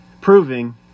proving